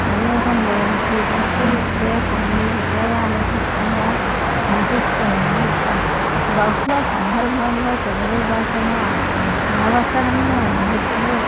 వినియోగం గురించి పరిశీలిస్తే కొన్ని విషయాలు స్పష్టంగా కనిపిస్తున్నాయి స బహుళ సందర్భాల్లో తెలుగు భాషను అనవసరంగా ఇంగ్లీషులో